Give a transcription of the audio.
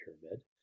pyramid